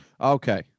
Okay